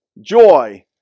Joy